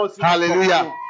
Hallelujah